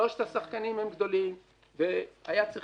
שלושת השחקנים הם גדולים והיה צריך